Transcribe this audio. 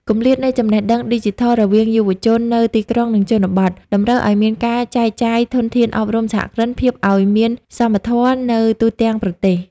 គម្លាតនៃចំណេះដឹងឌីជីថលរវាងយុវជននៅទីក្រុង និងជនបទ តម្រូវឱ្យមានការចែកចាយធនធានអប់រំសហគ្រិនភាពឱ្យមានសមធម៌នៅទូទាំងប្រទេស។